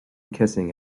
kissing